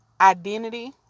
identity